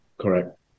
Correct